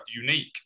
unique